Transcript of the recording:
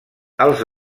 els